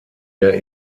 der